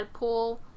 Deadpool